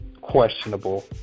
questionable